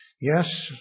Yes